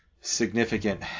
significant